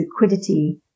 liquidity